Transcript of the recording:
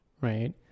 right